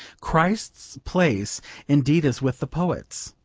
christ's place indeed is with the poets.